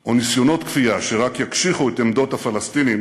או ניסיונות כפייה שרק יקשיחו את עמדות הפלסטינים